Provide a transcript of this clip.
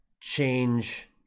change